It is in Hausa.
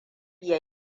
ya